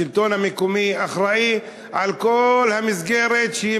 השלטון המקומי אחראי לכל המסגרת שהיא